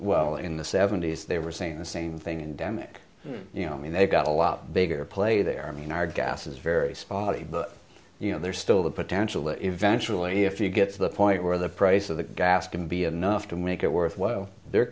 well in the seventy's they were saying the same thing endemic you know i mean they got a lot bigger play there i mean our gas is very spotty but you know there's still the potential eventually if you get to the point where the price of the gas can be enough to make it worthwhile there